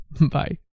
Bye